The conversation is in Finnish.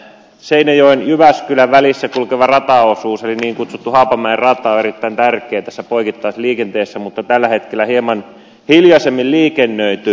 seinäjoen ja jyväskylän välillä kulkeva rataosuus eli niin kutsuttu haapamäen rata on erittäin tärkeä tässä poikittaisliikenteessä mutta tällä hetkellä hieman hiljaisemmin liikennöity